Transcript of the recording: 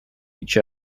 each